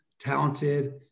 talented